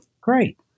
Great